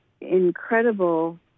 incredible